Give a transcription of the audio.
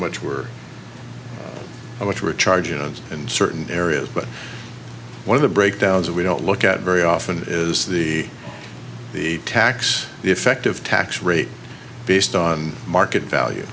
much work which were charges in certain areas but one of the breakdowns we don't look at very often is the the tax effective tax rate based on market value